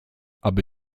aby